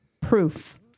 Proof